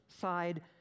side